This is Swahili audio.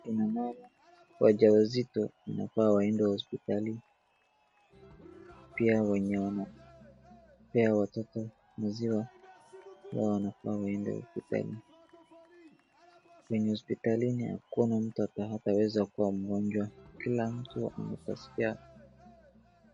KIna mama wajawazito wanafaa hosipitali. Pia wenye wanapea watoto maziwa pia wanafaa waende hosipitali .Kwenye hosipitalini hakuna mtu ata ataeza kuwa mgonjwa. Kila mtu anaeza sikia.